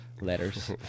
letters